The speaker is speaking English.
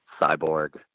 cyborg